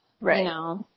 right